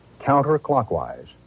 counterclockwise